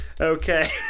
Okay